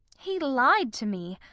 he lied to me,